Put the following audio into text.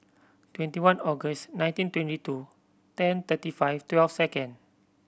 twenty one August nineteen twenty two ten thirty five twelve second